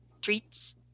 Treats